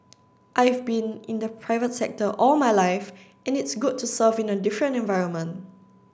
I've been in the private sector all my life and it's good to serve in a different environment